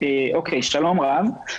שלום רב.